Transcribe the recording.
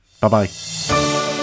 Bye-bye